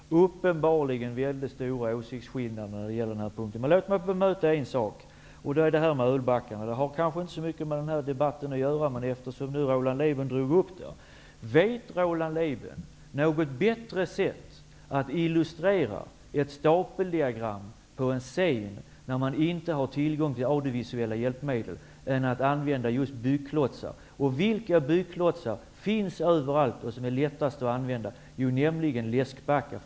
Herr talman! Vi har uppenbarligen väldigt stora åsiktsskillnader på den här punkten. Men låt mig bemöta en sak: det som sades om ölbackarna. Det har kanske inte så mycket med denna debatt att göra, men Roland Lében drog ju upp det. Vet Roland Lében något bättre sätt att illustrera ett stapeldiagram på en scen när man inte har tillgång till audivisuella hjälpmedel än att använda just byggklossar? Vilka byggklossar finns överallt och är lättast att använda? Jo, det är läskbackar.